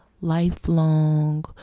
lifelong